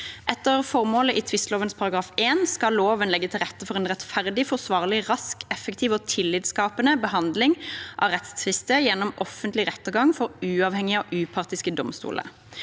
Etter formålet i § 1 i tvisteloven skal loven legge til rette for en rettferdig, forsvarlig, rask, effektiv og tillitsskapende behandling av rettstvister gjennom offentlig rettergang for uavhengige og upartiske domstoler.